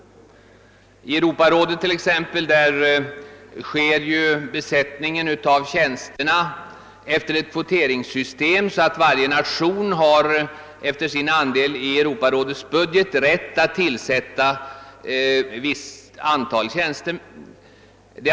I Europarådet t.ex. sker besättningen av tjänsterna enligt ett kvoteringssystem, så att varje nation har rätt att tillsätta visst antal tjänstemän efter sin andel i Europarådets budget.